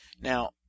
Now